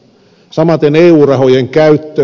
samaten eu rahojen käyttö